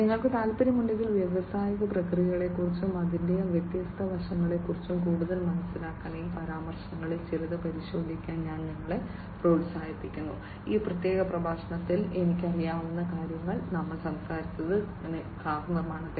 നിങ്ങൾക്ക് താൽപ്പര്യമുണ്ടെങ്കിൽ വ്യാവസായിക പ്രക്രിയകളെക്കുറിച്ചും അതിന്റെ വ്യത്യസ്ത വശങ്ങളെക്കുറിച്ചും കൂടുതൽ മനസ്സിലാക്കാൻ ഈ പരാമർശങ്ങളിൽ ചിലത് പരിശോധിക്കാൻ ഞാൻ നിങ്ങളെ പ്രോത്സാഹിപ്പിക്കുന്നു ഈ പ്രത്യേക പ്രഭാഷണത്തിൽ എനിക്കറിയാവുന്ന കാര്യങ്ങൾ ഞങ്ങൾ സംസാരിച്ചത് കാർ നിർമ്മാണം